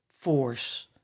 force